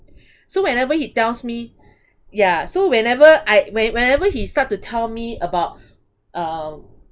so whenever he tells me ya so whenever I when~ whenever he start to tell me about uh